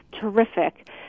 terrific